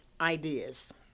ideas